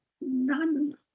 none